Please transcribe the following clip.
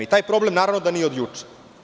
Taj problem naravno da nije od juče.